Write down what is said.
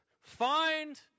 Find